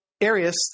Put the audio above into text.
Arius